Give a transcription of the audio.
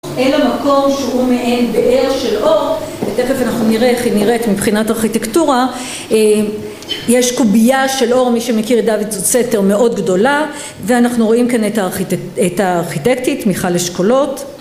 אל המקור שהוא מעין באר של אור ותכף אנחנו נראה איך היא נראית מבחינת ארכיטקטורה יש קובייה של אור מי שמכיר דויד זו סתר מאוד גדולה ואנחנו רואים כאן את הארכיטקטית מיכל אשקולות